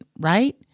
right